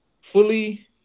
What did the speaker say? fully